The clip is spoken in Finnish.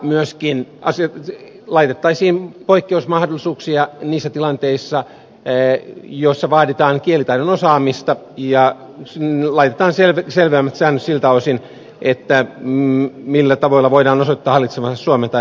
myöskin laitettaisiin poikkeusmahdollisuuksia niissä tilanteissa joissa vaaditaan kielitaidon osaamista ja laitetaan selvemmät säännöt siltä osin millä tavoilla voi osoittaa hallitsevansa suomen tai ruotsin kielen